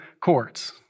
courts